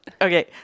Okay